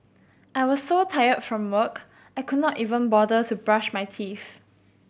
I was so tired from work I could not even bother to brush my teeth